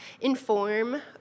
inform